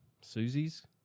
Susie's